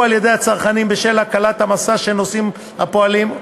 על-ידי הצרכנים בשל הקלת המשא שנושאים הפועלים.